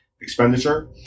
expenditure